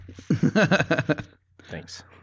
Thanks